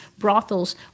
brothels